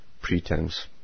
pretense